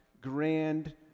grand